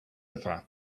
far